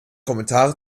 kommentare